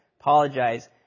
apologize